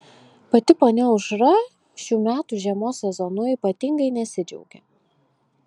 pati ponia aušra šių metų žiemos sezonu ypatingai nesidžiaugia